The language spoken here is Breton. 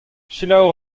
selaou